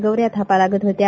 गौ या थापाव्या लागत होत्या